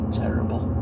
terrible